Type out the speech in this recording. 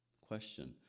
Question